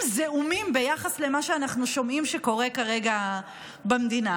זעומים ביחס למה שאנחנו שומעים שקורה כרגע במדינה,